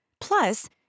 Plus